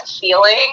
feeling